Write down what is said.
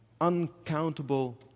uncountable